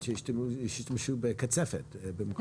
כן, שישתמשו בקצפת במקום.